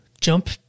jump